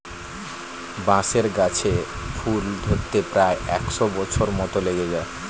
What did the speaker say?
বাঁশের গাছে ফুল ধরতে প্রায় একশ বছর মত লেগে যায়